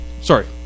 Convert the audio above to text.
sorry